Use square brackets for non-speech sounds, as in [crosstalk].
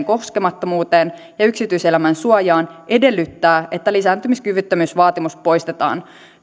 [unintelligible] koskemattomuuteen ja yksityiselämän suojaan edellyttää että lisääntymiskyvyttömyysvaatimus poistetaan